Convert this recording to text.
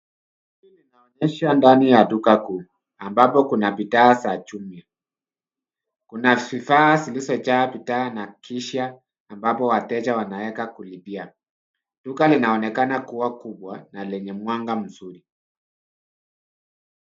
Hii inaonyesha ndani ya duka kuu ambapo kuna bidhaa za jumla. Kuna vifaa vilivyojaa bidhaa na kisha ambapo wateja wanaweza kulipia. Duka linaonekana kuwa kubwa na lenye mwanga nzuri.